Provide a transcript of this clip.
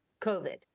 COVID